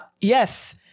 Yes